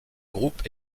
groupe